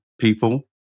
people